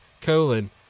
colon